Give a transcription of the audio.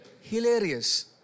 hilarious